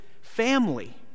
family